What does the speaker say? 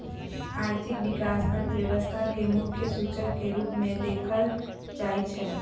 आर्थिक विकास अर्थव्यवस्था के मुख्य सूचक के रूप में देखल जाइ छइ